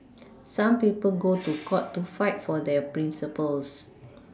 some people go to court to fight for their Principles